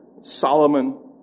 Solomon